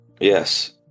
Yes